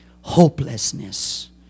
hopelessness